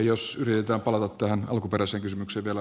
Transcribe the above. jos yritetään palata tähän alkuperäiseen kysymykseen vielä